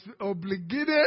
obligated